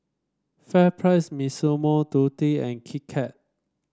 FairPrice Massimo Dutti and Kit Kat